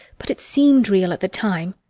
but it seemed real at the time.